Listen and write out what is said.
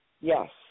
yes